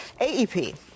AEP